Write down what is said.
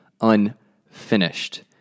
unfinished